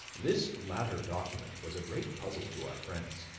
this latter document was a great puzzle to our friends,